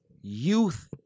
youth